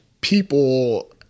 people